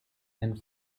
and